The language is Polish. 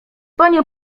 panie